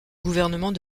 gouvernement